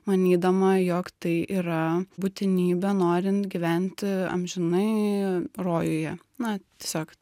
manydama jog tai yra būtinybė norint gyventi amžinai rojuje na tiesiog